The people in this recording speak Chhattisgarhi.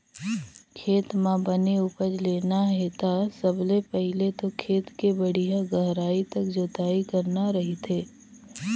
खेत म बने उपज लेना हे ता सबले पहिले तो खेत के बड़िहा गहराई तक जोतई करना रहिथे